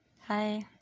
Hi